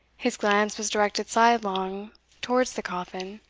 his glance was directed sidelong towards the coffin,